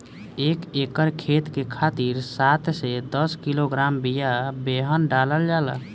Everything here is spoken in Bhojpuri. एक एकर खेत के खातिर सात से दस किलोग्राम बिया बेहन डालल जाला?